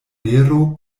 vero